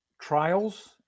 trials